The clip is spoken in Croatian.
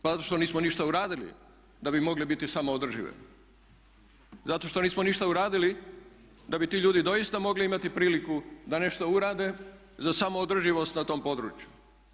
Pa zato što nismo ništa uradili da bi mogli biti samoodrživi, zato što nismo ništa uradili da bi ti ljudi doista mogli imati priliku da nešto urade za samo održivost na tom području.